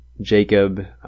jacob